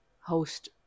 host